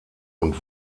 und